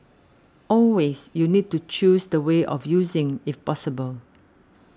always you need to choose the way of using if possible